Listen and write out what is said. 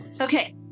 okay